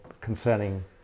concerning